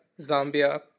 Zambia